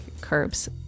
curbs